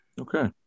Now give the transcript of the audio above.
Okay